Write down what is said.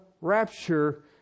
rapture